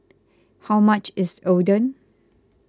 how much is Oden